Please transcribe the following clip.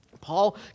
Paul